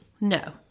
No